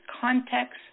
context